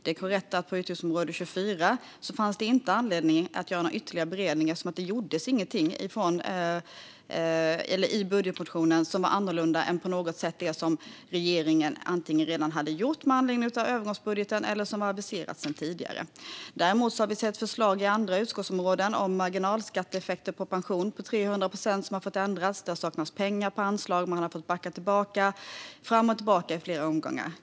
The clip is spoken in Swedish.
Det är korrekt att det på utgiftsområde 24 inte fanns anledning att göra någon ytterligare beredning, eftersom det i budgetmotionen inte gjordes någonting som var annorlunda än det som regeringen redan hade gjort med anledning av övergångsbudgeten eller som var aviserat sedan tidigare. Däremot har vi sett förslag på andra utskottsområden, till exempel om marginalskatteeffekter på pension på 300 procent, som har fått ändras. Det har saknats pengar på anslag, och man har fått backa fram och tillbaka i flera omgångar.